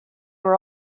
were